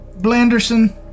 Blanderson